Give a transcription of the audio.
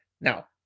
Now